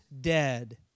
dead